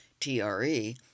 TRE